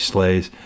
Slays